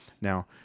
Now